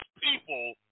people